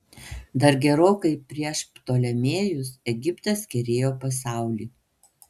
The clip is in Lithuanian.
dar gerokai prieš ptolemėjus egiptas kerėjo pasaulį